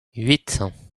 huit